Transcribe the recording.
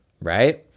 right